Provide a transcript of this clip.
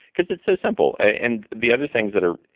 because it's so simple. and the other things that are,